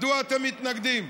מדוע אתם מתנגדים?